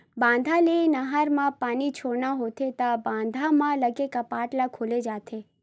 बांधा ले नहर म पानी छोड़ना होथे त बांधा म लगे कपाट ल खोले जाथे